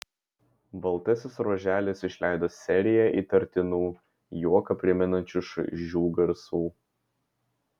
baltasis ruoželis išleido seriją įtartinų juoką primenančių šaižių garsų